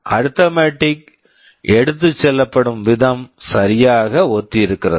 arithmetic arithmetic எடுத்துச் செல்லப்படும் விதம் சரியாக ஒத்து இருக்கிறது